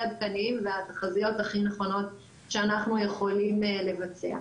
עדכניים והתחזיות הכי נכונות שאנחנו יכולים לבצע.